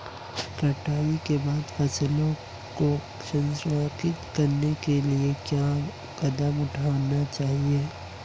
कटाई के बाद फसलों को संरक्षित करने के लिए क्या कदम उठाने चाहिए?